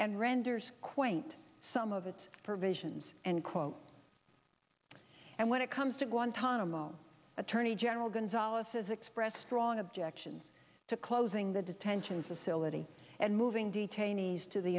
and renders quaint some of its provisions and quote and when it comes to guantanamo attorney general gonzales has expressed strong objections to closing the detention facility and moving detainees to the